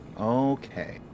Okay